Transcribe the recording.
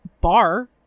bar